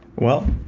well,